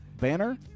banner